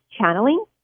channeling